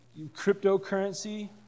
Cryptocurrency